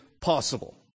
possible